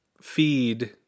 feed